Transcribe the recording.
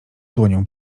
dłonią